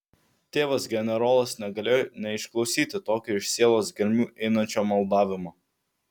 tėvas generolas negalėjo neišklausyti tokio iš sielos gelmių einančio maldavimo